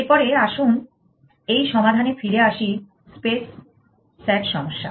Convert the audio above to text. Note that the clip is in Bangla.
এর পরে আসুন এই সমাধানে ফিরে আসি স্পেস SAT সমস্যা